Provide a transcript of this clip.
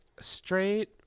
Straight